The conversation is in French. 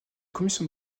commission